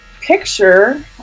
picture